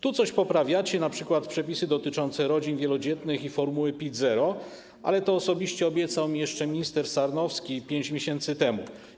Tu coś poprawiacie, np. przepisy dotyczące rodzin wielodzietnych i formuły PIT-0, ale to osobiście obiecał mi jeszcze minister Sarnowski 5 miesięcy temu.